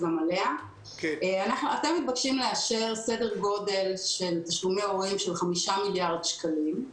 אתם מתבקשים לאשר תשלומי הורים בסדר גודל של 5 מיליארד שקלים.